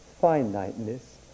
finiteness